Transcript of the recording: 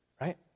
right